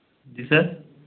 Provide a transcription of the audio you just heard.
जी sir